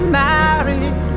married